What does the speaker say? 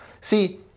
See